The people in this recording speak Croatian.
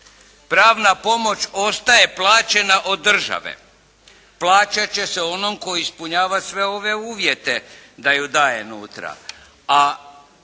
Pravna pomoć ostaje plaćena od države, plaćat će se onom tko ispunjava sve ove uvjete da ju daje unutra,